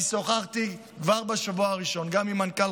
שוחחתי כבר בשבוע הראשון גם עם מנכ"ל